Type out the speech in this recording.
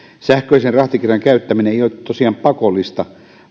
sähköisen rahtikirjan käyttäminen ei ole tosiaan pakollista